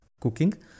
cooking